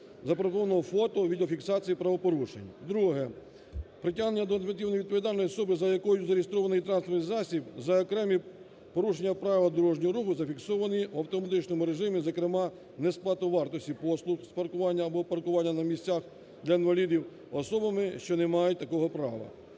запропонованого фото-відеофіксації правопорушень. Друге. Притягнення до адміністративної відповідальності особи, за якою зареєстрований транспортний засіб, за окремі порушення правил дорожнього руху, зафіксовані в автоматичному режимі, зокрема, несплата вартості послуг з паркування або паркування на місцях для інвалідів, особами, що не мають такого права.